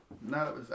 No